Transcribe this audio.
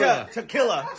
Tequila